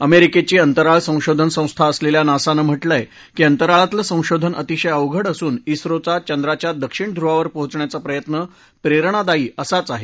अमेरिकेची अंतराळ संशोधान संस्था असलेल्या नासाने म्हटलंय की अंतराळातलं संशोधन अतिशय अवघड असून ज्ञरोचा चंद्राच्या दक्षिण ध्रुवावर पोहोचण्याचा प्रयत्न प्रेरणादायी असाच आहे